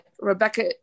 Rebecca